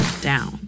down